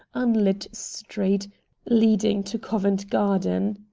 unlit street leading to covent garden.